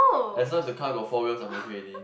as long as the car got four wheels I am okay already